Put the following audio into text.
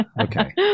Okay